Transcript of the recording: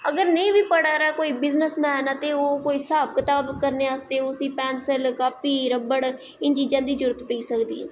अगर नेंई पढ़ा दा ऐ ओह् बिज़नसमैन ऐ ते ओह् कोई हिसाब कताब करनें आस्ते पैंसल कापी रब्बड़ इन चीज़ दी जरूरत पेई सकदी ऐ